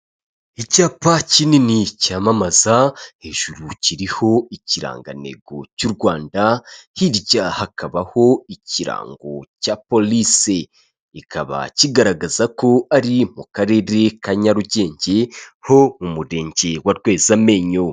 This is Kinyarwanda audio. Icyapa kinini cyamamaza, hejuru kiriho ikirangantego cy'Urwanda, hirya hakabaho ikirango cya polisi, ikaba kigaragaza ko ari mu karere ka Nyarugenge, umurenge wa Rwezamenyo.